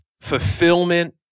fulfillment